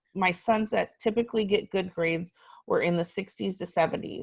my sons that typically get good grades were in the sixty s to seventy s.